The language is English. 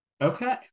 Okay